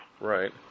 Right